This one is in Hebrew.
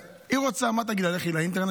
והיא רוצה, מה תגיד לה, לכי לאינטרנט?